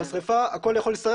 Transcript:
בשריפה הכול יכול להישרף.